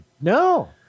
No